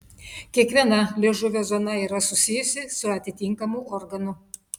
kiekviena liežuvio zona yra susijusi su atitinkamu organu